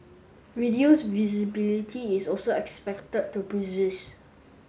reduced visibility is also expected to persist